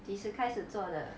几时开始做的